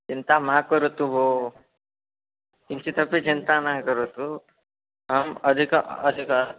चिन्ता मा करोतु भो किञ्चिदपि चिन्तां न करोतु अहम् अधिकम् अधिकम्